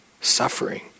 suffering